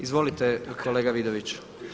Izvolite kolega Vidović.